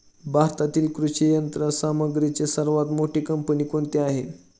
भारतातील कृषी यंत्रसामग्रीची सर्वात मोठी कंपनी कोणती आहे?